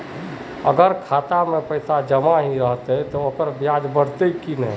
अगर खाता में पैसा जमा ही रहते ते ओकर ब्याज बढ़ते की?